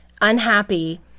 unhappy